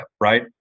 right